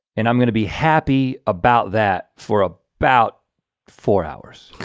and i'm going to be happy about that for about four hours.